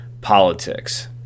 politics